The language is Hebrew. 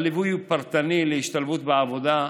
הליווי הוא פרטני להשתלבות בעבודה,